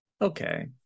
okay